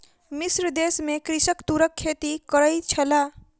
मिस्र देश में कृषक तूरक खेती करै छल